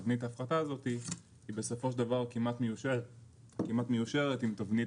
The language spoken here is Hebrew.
תבנית ההפחתה הזאת היא בסופו של דבר כמעט מיושרת עם תבנית